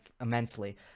immensely